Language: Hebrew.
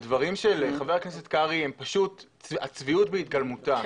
הדברים של חבר הכנסת קרעי הם פשוט הצביעות בהתגלמותם.